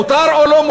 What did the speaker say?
מותר או לא?